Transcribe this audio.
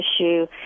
issue